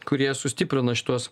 kurie sustiprina šituos